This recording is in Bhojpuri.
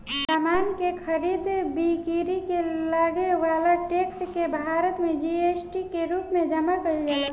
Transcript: समान के खरीद बिक्री में लागे वाला टैक्स के भारत में जी.एस.टी के रूप में जमा कईल जाला